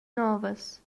novas